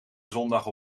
zondag